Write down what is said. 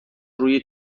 روی